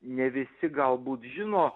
ne visi galbūt žino